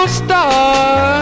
star